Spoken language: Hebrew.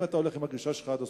אם אתה הולך עם הגישה שלך עד הסוף,